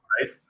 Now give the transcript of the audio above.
right